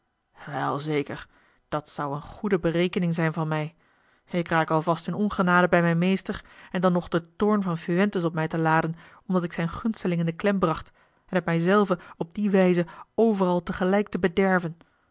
wel zeker dat zou eene goede berekening zijn van mij ik raak al vast in ongenade bij mijn meester en dan nog den toorn van fuentes op mij te laden omdat ik zijn gunsteling in de klem bracht en het mij zelven op die wijze overal tegelijk te bederven